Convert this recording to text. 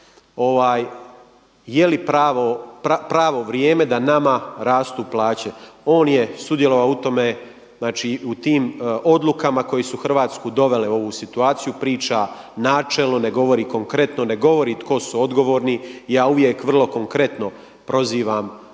je li pravo vrijeme da nama rastu plaće. On je sudjelovao u tome, u tim odlukama koje su Hrvatsku dovele u ovu situaciju, priča načelno, ne govori konkretno, ne govori tko su odgovori. Ja uvijek vrlo konkretno prozivam ljude